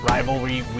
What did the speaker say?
Rivalry